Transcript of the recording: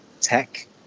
tech